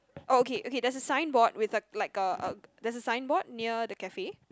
oh okay okay there's a signboard with a like a a there's a signboard near the cafe